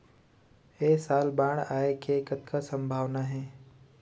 ऐ साल बाढ़ आय के कतका संभावना हे?